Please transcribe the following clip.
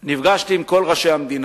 בשבוע שעבר נפגשתי עם כל ראשי המדינה